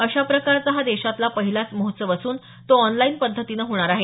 अशाप्रकारचा हा देशातला पहिलाच महोत्सव असून तो ऑनलाईन पद्धतीनं होणार आहे